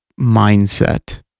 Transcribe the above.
mindset